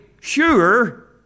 sure